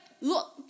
look